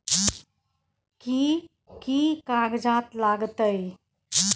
कि कि कागजात लागतै?